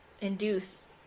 induce